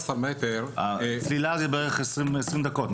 12 מטר --- צלילה היא בערך 20 דקות,